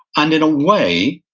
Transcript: and in a way,